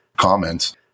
Comments